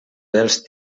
dels